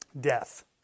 Death